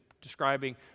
describing